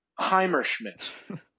Heimerschmidt